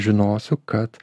žinosiu kad